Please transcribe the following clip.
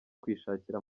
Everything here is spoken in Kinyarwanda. kwishakira